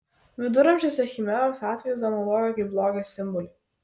viduramžiuose chimeros atvaizdą naudojo kaip blogio simbolį